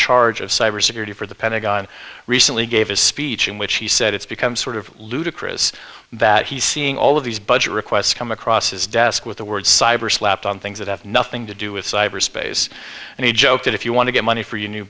charge of cyber security for the pentagon recently gave a speech in which he said it's become sort of ludicrous that he seeing all of these budget requests come across his desk with the word cyber slapped on things that have nothing to do with cyberspace and he joked that if you want to get money for your new